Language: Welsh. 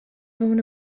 fewn